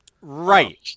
Right